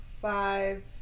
five